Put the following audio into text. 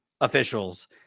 officials